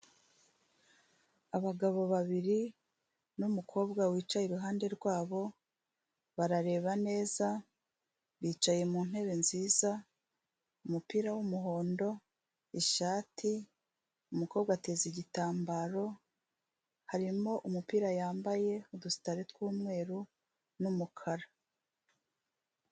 Abagabo babiri n'umukobwa wicaye iruhande rwabo, barareba neza, bicaye mu ntebe nziza, umupira w'umuhondo, ishati, umukobwa ateza igitambaro, harimo umupira wambaye udustali tw'umweru n'umukara.